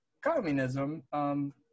communism